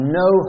no